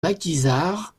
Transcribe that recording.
maquisards